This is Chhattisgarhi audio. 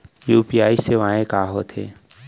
यू.पी.आई सेवाएं का होथे?